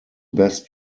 best